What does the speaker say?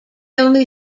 only